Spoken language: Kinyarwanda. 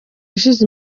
ushize